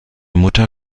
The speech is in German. mutter